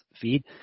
feed